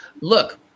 look